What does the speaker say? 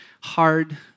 hard